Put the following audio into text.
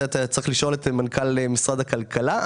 זה צריך לשאול את מנכ"ל משרד הכלכלה.